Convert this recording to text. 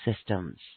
systems